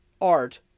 art